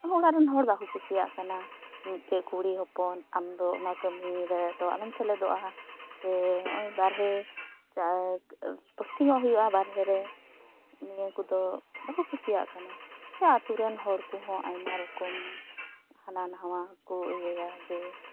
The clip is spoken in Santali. ᱚᱲᱟᱜ ᱨᱮᱱ ᱦᱚᱲ ᱵᱟᱠᱚ ᱠᱩᱥᱤᱭᱟᱜ ᱠᱟᱱᱟ ᱢᱤᱫᱴᱮᱡ ᱠᱩᱲᱤ ᱦᱚᱯᱚᱱ ᱟᱢ ᱫᱚ ᱚᱱᱟ ᱠᱟᱹᱢᱤ ᱨᱮᱫᱚ ᱟᱞᱚᱢ ᱥᱮᱞᱮᱫᱚᱜᱼᱟ ᱥᱮ ᱦᱚᱸᱜᱼᱚᱭ ᱵᱟᱨᱦᱮ ᱡᱟᱠ ᱯᱳᱥᱴᱤᱝᱚᱜ ᱦᱩᱭᱩᱜᱼᱟ ᱵᱟᱨᱦᱮ ᱨᱮ ᱱᱤᱭᱟᱹ ᱠᱚᱫᱚ ᱵᱟᱠᱚ ᱠᱩᱥᱤᱭᱟᱜ ᱠᱟᱱᱟ ᱥᱮ ᱟᱛᱩ ᱨᱮᱱ ᱦᱚᱲ ᱠᱚᱦᱚᱸ ᱟᱭᱢᱟ ᱨᱚᱠᱚᱢ ᱦᱟᱱᱟᱱᱟᱣᱟ ᱠᱚ ᱤᱭᱟᱹ ᱭᱟ ᱡᱮ